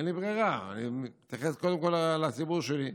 אין לי ברירה, אני מתייחס קודם כול לציבור שלי.